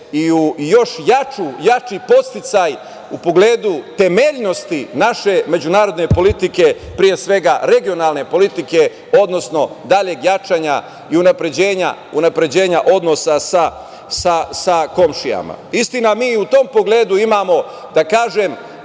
i još jači podsticaj u pogledu temeljnosti naše međunarodne politike, pre svega regionalne politike, odnosno daljeg jačanja i unapređenja odnosa sa komšijama. Istina, mi i u tom pogledu imamo, da kažem,